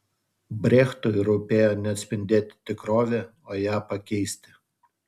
brechtui rūpėjo ne atspindėti tikrovę o ją pakeisti